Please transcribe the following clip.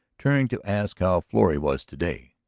turning to ask how florrie was today?